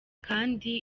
kandi